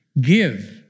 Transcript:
Give